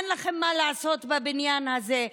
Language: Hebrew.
אין לכם מה לעשות בבניין הזה,